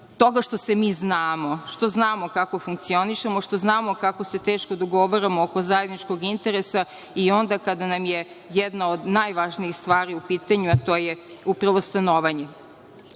toga što se mi znamo, što znamo kako funkcionišemo, što znamo kako se teško dogovaramo oko zajedničkog interesa i onda kada nam je jedna od najvažnijih stvari u pitanju, a to je upravo stanovanje. Sada